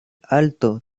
alto